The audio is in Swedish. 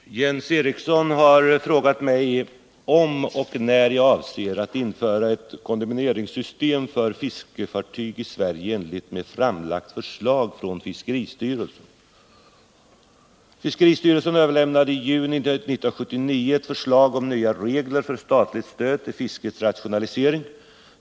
Herr talman! Jens Eriksson har frågat mig om och när jag avser att införa ett kondemneringssystem för fiskefartyg i Sverige i enligket med framlagt förslag från fiskeristyrelsen. Fiskeristyrelsen överlämnade i juni 1979 ett förslag om nya regler för statligt stöd till fiskets rätionalisering.